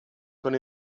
con